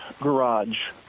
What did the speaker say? garage